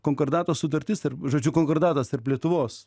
konkordato sutartis ir žodžiu konkordatas tarp lietuvos